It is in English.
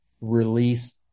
release